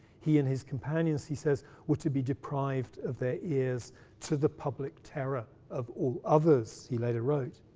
he and his companions, he says, were to be deprived of their ears to the public terror of all others, he later wrote.